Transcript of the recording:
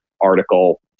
article